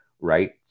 Right